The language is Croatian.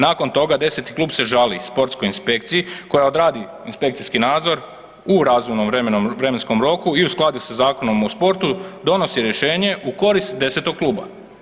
Nakon toga deseti klub se žali sportskoj inspekciji koja odradi inspekcijski nadzor u razumnom vremenskom roku i u skladu sa Zakonom o sportu donosi rješenje u korist desetog kluba.